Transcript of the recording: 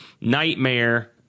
Nightmare